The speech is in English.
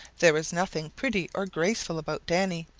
there was nothing pretty or graceful about danny.